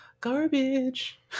garbage